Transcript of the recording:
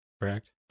correct